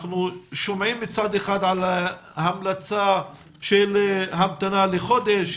אנחנו שומעים מצד אחד על המלצה של המתנה לחודש,